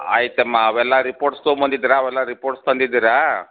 ಆಯಿತಮ್ಮ ಅವೆಲ್ಲ ರಿಪೋರ್ಟ್ಸ್ ತೊಗೊಂಬಂದಿದ್ರ ಅವೆಲ್ಲ ರಿಪೋರ್ಟ್ಸ್ ತಂದಿದ್ದೀರಾ